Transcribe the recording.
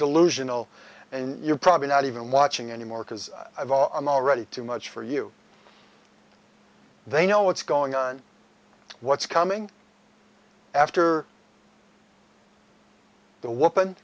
delusional and you're probably not even watching anymore because of all i'm already too much for you they know what's going on what's coming after the w